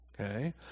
Okay